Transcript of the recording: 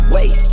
Wait